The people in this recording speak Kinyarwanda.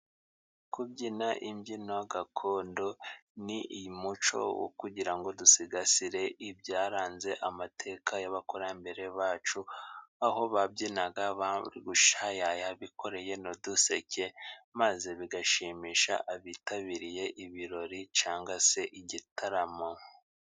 Kubyina imbyino gakondo, ni umuco wo kugira ngo dusigasire ibyaranze amateka y'abakurambere bacu, aho babyinaga bari gushyayaya, bikoreye n'uduseke, maze bigashimisha abitabiriye ibirori cyangwa se igitaramo.